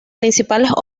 principales